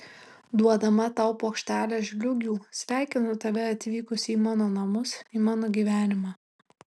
duodama tau puokštelę žliūgių sveikinu tave atvykus į mano namus į mano gyvenimą